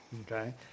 Okay